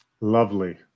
Lovely